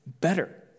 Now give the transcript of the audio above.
better